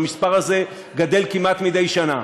והמספר הזה גדל כמעט מדי שנה.